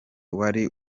wari